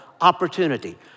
opportunity